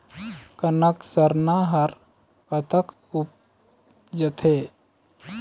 कनक सरना हर कतक उपजथे?